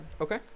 Okay